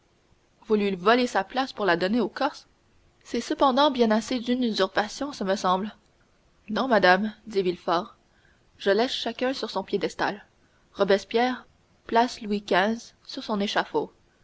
lui volez sa place pour la donner au corse c'est cependant bien assez d'une usurpation ce me semble non madame dit villefort je laisse chacun sur son piédestal robespierre place louis xv sur son échafaud